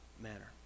manner